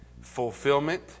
fulfillment